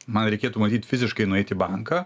man reikėtų matyt fiziškai nueit į banką